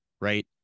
right